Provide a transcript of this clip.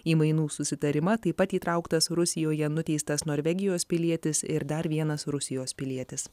į mainų susitarimą taip pat įtrauktas rusijoje nuteistas norvegijos pilietis ir dar vienas rusijos pilietis